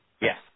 Yes